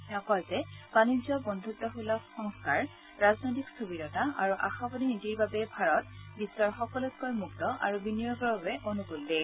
তেওঁ কয় যে বাণিজ্য বন্ধত্সলভ সংস্কাৰ ৰাজনৈতিক স্থবিৰতা আৰু আশাবাদী নীতিৰ বাবে ভাৰত বিশ্বৰ সকলোতকৈ মুক্ত আৰু বিনিয়োগৰ বাবে অনুকূল দেশ